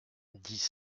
dix